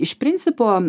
iš principo